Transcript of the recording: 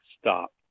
stop